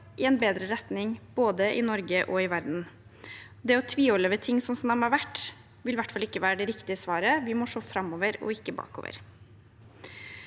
i en bedre retning både i Norge og i verden? Det å tviholde på ting sånn som de har vært, vil i hvert fall ikke være det riktige svaret. Vi må se framover og ikke bakover.